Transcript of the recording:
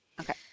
Okay